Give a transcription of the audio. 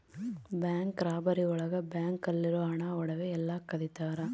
bank robbery ಒಳಗ bank ಅಲ್ಲಿರೋ ಹಣ ಒಡವೆ ಎಲ್ಲ ಕದಿತರ